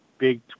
big